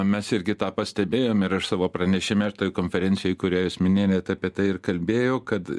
mes irgi tą pastebėjom ir aš savo pranešime ir toj konferencijoj kurią jūs minėjot net apie tai ir kalbėjo kad